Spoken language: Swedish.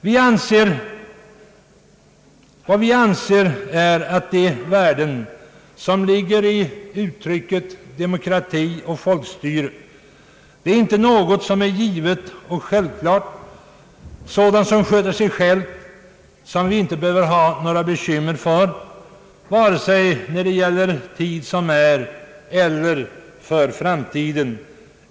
Vi anser att de värden som ligger i begreppen demokrati och folkstyre inte är någonting givet och självklart, något som sköter sig självt och som vi inte behöver bekymra oss om vare sig när det gäller den tid som är eller framtiden.